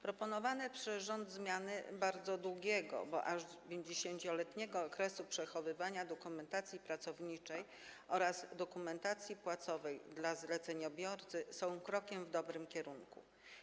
Proponowane przez rząd zmiany dotyczące bardzo długiego, bo aż 50-letniego, okresu przechowywania dokumentacji pracowniczej oraz dokumentacji płacowej dla zleceniobiorcy są krokiem w dobrym kierunku.